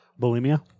Bulimia